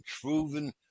proven